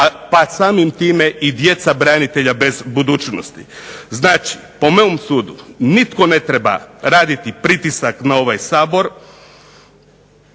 pa samim time i djeca branitelja bez budućnosti. Znači, po mom sudu nitko ne treba raditi pritisak na ovaj Sabor,